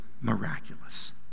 miraculous